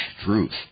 truth